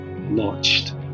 launched